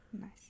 nice